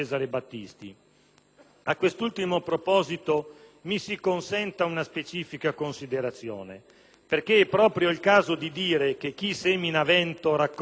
A quest'ultimo proposito, mi si consenta una specifica considerazione, perché è proprio il caso di dire che chi semina vento raccoglie tempesta.